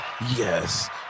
yes